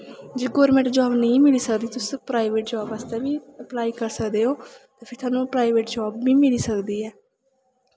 जे government job नेईं मिली सकदी तुस प्राईवेट जॉब आस्तै बी अपलाई करी सकदे ओ ते फिर थोआनू प्राईवेट जॉब बी मिली सकदी ऐ